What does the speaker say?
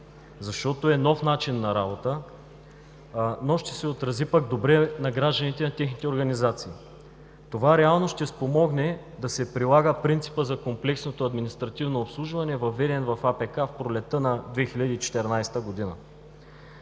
защото е нов начин на работа, но пък ще се отрази добре на гражданите, на техните организации. Това реално ще спомогне да се прилага принципът за комплексното административно обслужване, въведен в Административнопроцесуалния